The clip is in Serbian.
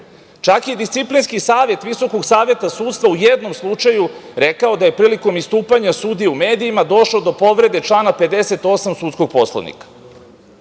i Disciplinski savet Visokog saveta sudstva je u jednom slučaju rekao da je prilikom istupanja sudije u medijima došlo do povrede člana 58. sudskog Poslovnika,